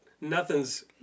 nothing's